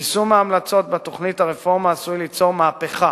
יישום ההמלצות בתוכנית הרפורמה עשוי ליצור מהפכה